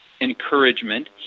encouragement